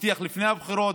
הוא הבטיח לפני הבחירות,